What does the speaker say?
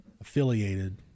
affiliated